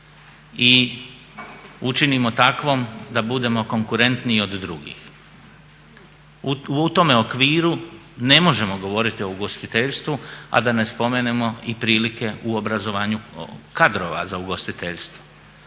i učinimo takvom da budemo konkurentniji od drugih. U tome okviru ne možemo govoriti o ugostiteljstvu, a da ne spomenemo i prilike u obrazovanju kadrova za ugostiteljstvo.